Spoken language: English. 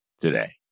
today